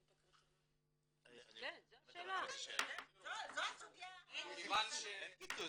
זו הסוגיה --- אין קיצוץ.